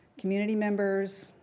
community members,